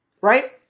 right